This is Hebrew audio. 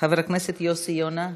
חבר הכנסת יוסי יונה,